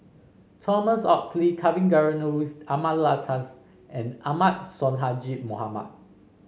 Thomas Oxley Kavignareru Amallathasan and Ahmad Sonhadji Mohamad